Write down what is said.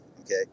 okay